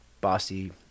Bossy